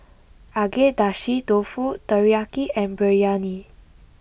Agedashi Dofu Teriyaki and Biryani